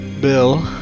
Bill